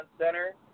center